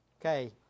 Okay